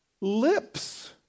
lips